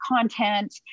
content